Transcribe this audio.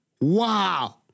Wow